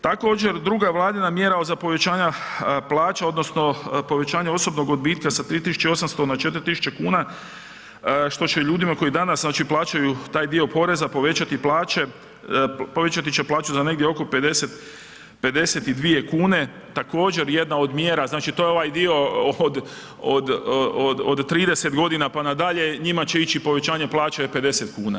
Također druga Vladina mjera za povećanja plaća odnosno povećanja osobnog odbitka sa 3800 na 4000 kuna što će ljudima koji danas znači plaćaju taj dio poreza povećati plaće, povećati će plaću za negdje oko 52 kune, također jedna od mjera, znači to je ovaj dio od 30 godina pa na dalje, njima će ići povećanje plaće 50 kuna.